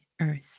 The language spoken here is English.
Earth